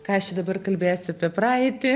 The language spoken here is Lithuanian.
ką aš čia dabar kalbėsiu apie praeitį